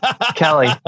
Kelly